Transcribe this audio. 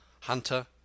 Hunter